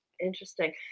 interesting